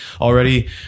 already